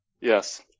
Yes